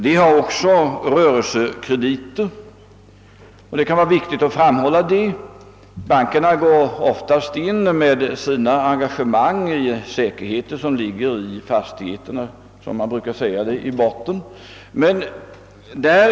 De ger även rörelsekrediter; det kan vara viktigt att framhålla detta. Bankerna går vanligen in med sina engagemang mot säkerheter som ligger i fastigheterna eller, som man brukar säga, 1 botten.